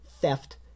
theft